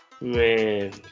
Man